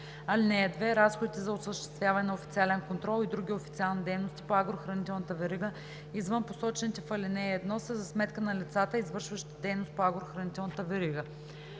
3 – 8. (2) Разходите за осъществяване на официален контрол и други официални дейности по агрохранителната верига, извън посочените в ал. 1, са за сметка на лицата, извършващи дейност по агрохранителната верига.